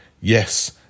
yes